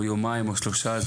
יומיים או שלושה לא מצאו אותם,